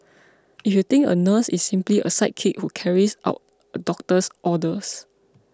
if you think a nurse is simply a sidekick who carries out a doctor's orders